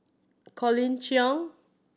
Colin Cheong